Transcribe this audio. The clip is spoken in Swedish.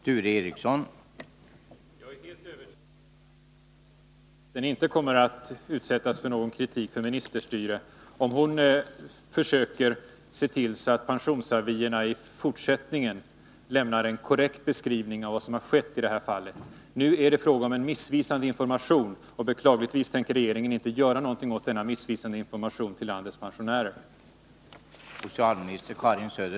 Herr talman! Jag är helt övertygad om att socialministern inte kommer att utsättas för någon kritik för ministerstyre om hon försöker se till att pensionsavierna i fortsättningen lämnar en korrekt beskrivning av vad som skett. I det bär fallet är det fråga om en missvisande information. Beklagligtvis tänker regeringen inte göra något åt denna missvisande information till landets pensionärer.